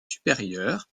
supérieur